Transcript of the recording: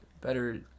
better